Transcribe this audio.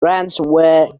ransomware